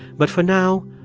but for now,